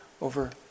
over